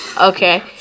Okay